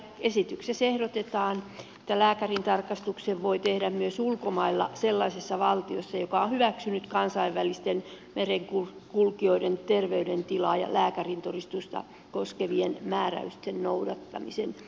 esityksessä ehdotetaan että lääkärintarkastuksen voi tehdä myös ulkomailla sellaisessa valtiossa joka on hyväksynyt kansainvälisten merenkulkijoiden terveydentilaa ja lääkärintodistusta koskevien määräysten noudattamisen